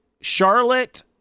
Charlotte